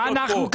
מלחמה